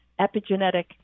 epigenetic